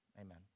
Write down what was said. amen